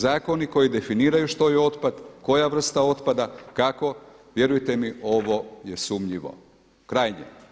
Proučite zakoni koji definiraju što je otpad, koja vrsta otpada, kako vjerujte mi ovo je sumnjivo krajnje.